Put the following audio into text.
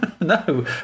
No